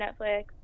Netflix